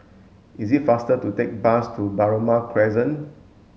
it is faster to take the bus to Balmoral Crescent